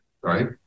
right